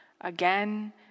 again